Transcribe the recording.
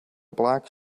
black